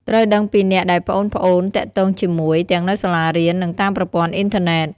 ត្រូវដឹងពីអ្នកដែលប្អូនៗទាក់ទងជាមួយ ទាំងនៅសាលារៀន និងតាមប្រព័ន្ធអុីនធឺណេត។